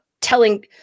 telling